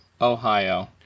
Ohio